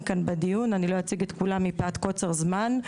אני לא אציג את כולם מפאת קוצר זמן.